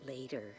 later